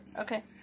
Okay